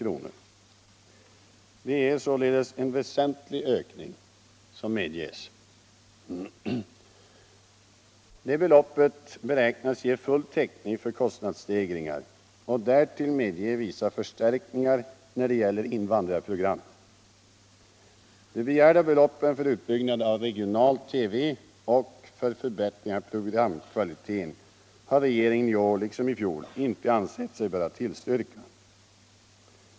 Det är således en väsentlig ökning som medges. Det beloppet beräknas lämna full täckning för kostnadsstegringar och därtill möjliggöra vissa förstärkningar när det gäller invandrarprogrammet. De begärda beloppen för utbyggnad av regional TV och för förbättringar av programkvaliteten har regeringen i år liksom i fjol inte ansett sig böra tillstyrka.